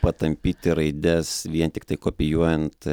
patampyti raides vien tiktai kopijuojant